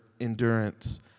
endurance